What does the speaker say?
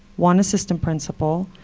one assistant principal,